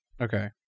Okay